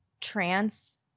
trance